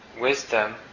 wisdom